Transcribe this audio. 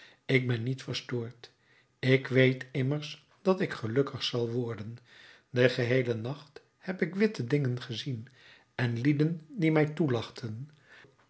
ik ben niet verstoord ik weet immers dat ik gelukkig zal worden den geheelen nacht heb ik witte dingen gezien en lieden die mij toelachten